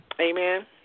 amen